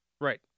Right